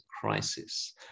crisis